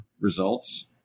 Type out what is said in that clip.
results